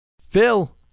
Phil